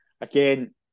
again